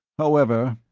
however,